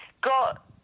got